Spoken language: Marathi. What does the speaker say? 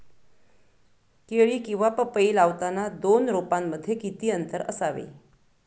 केळी किंवा पपई लावताना दोन रोपांमध्ये किती अंतर असावे?